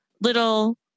little